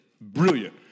Brilliant